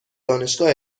دانشگاه